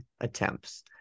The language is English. attempts